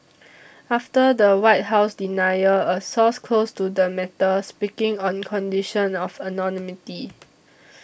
after the White House denial a source close to the matter speaking on condition of anonymity